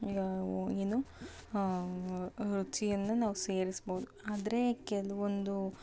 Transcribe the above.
ಏನು ರುಚಿಯನ್ನು ನಾವು ಸೇರಿಸ್ಬೌದು ಆದರೆ ಕೆಲವೊಂದು